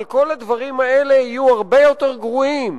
אבל כל הדברים האלה יהיו הרבה יותר גרועים